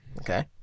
Okay